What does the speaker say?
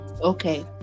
okay